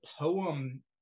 poem